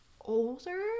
older